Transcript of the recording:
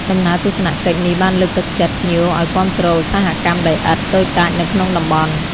ដំណើរទស្សនកិច្ចនេះបានលើកទឹកចិត្តភ្ញៀវឱ្យគាំទ្រ ឧស្សាហកម្មដីឥដ្ឋ តូចតាចនៅក្នុងតំបន់។